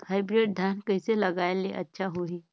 Hybrid धान कइसे लगाय ले अच्छा होही?